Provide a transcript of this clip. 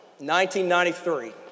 1993